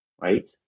right